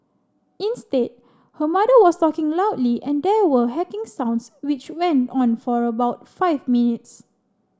instead her mother was talking loudly and there were hacking sounds which went on for about five minutes